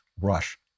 Rush